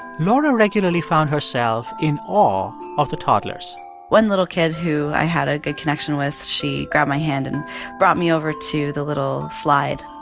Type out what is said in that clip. laura regularly found herself in awe of the toddlers one little kid who i had a good connection with, she grabbed my hand and brought me over to the little slide,